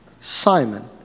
Simon